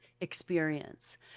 experience